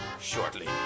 shortly